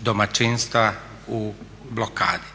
domaćinstava u blokadi.